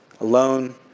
Alone